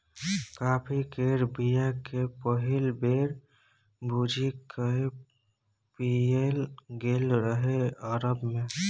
coffee केर बीया केँ पहिल बेर भुजि कए पीएल गेल रहय अरब मे